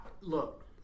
Look